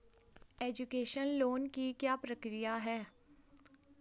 Education loan की क्या प्रक्रिया है?